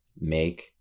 make